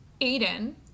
Aiden